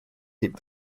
keep